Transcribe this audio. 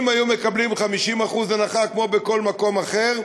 אם היו מקבלים 50% הנחה, כמו בכל מקום אחר,